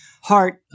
heart